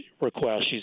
request